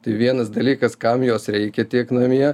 tai vienas dalykas kam jos reikia tiek namie